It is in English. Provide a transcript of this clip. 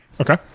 Okay